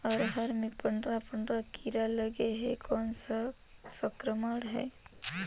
अरहर मे पंडरा पंडरा कीरा लगे हे कौन सा संक्रमण हे?